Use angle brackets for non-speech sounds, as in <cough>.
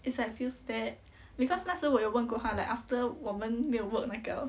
it's like feels bad <breath> because 那时候我有问过她 like after 我们没有 work 那个